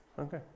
Okay